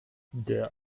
der